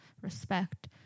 respect